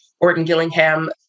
Orton-Gillingham